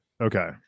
Okay